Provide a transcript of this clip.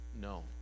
no